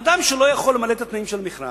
אדם שלא יכול לעמוד בתנאים של המכרז,